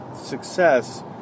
success